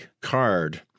card